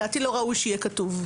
שלדעתי לא ראוי שיהיה כתוב,